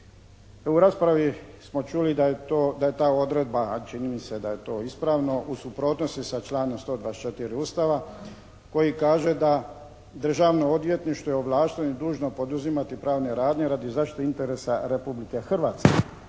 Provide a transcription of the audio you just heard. U raspravi smo čuli da je to, da je ta odredba a čini mi se da je to ispravno, u suprotnosti sa članom 124. Ustava koji kaže da Državno odvjetništvo je ovlašteno i dužno poduzimati pravne radnje radi zaštite interesa Republike Hrvatske.